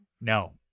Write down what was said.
No